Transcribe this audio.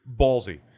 Ballsy